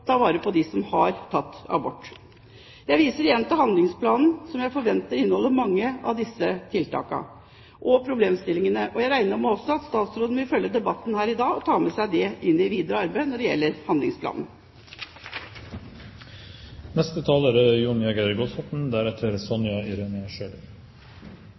vare på dem som har tatt abort. Jeg viser igjen til handlingsplanen, som jeg forventer inneholder mange av disse tiltakene og problemstillingene. Jeg regner også med at statsråden vil følge debatten her i dag og ta det med seg i det videre arbeid med handlingsplanen. Abort, eller svangerskapsavbrudd, har nok foregått i